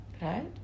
right